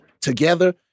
together